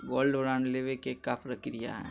Gold bond लेवे के का प्रक्रिया हई?